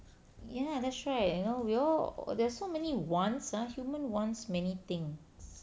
ya that's right you know we all there's so many wants ah human wants many things